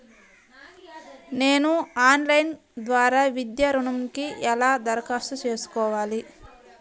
నేను ఆన్లైన్ ద్వారా విద్యా ఋణంకి ఎలా దరఖాస్తు చేసుకోవాలి?